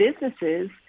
businesses